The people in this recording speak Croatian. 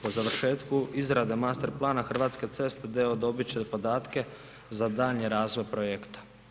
Po završetku izrade master plana Hrvatske ceste d.o. dobiti će podatke za daljnji razvoj projekta.